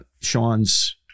Sean's